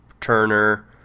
Turner